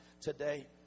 today